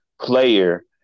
player